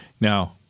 Now